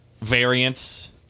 variance